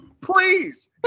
Please